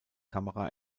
kamera